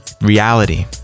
reality